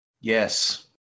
Yes